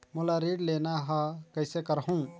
मोला ऋण लेना ह, कइसे करहुँ?